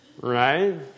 Right